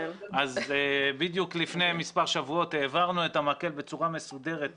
אז בדיוק לפני מספר שבועות העברנו את המקל בצורה מסודרת לרח"ל.